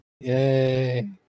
Yay